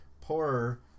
poorer